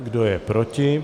Kdo je proti?